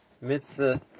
Mitzvah